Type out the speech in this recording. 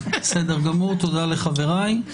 תודה לחבריי.